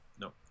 No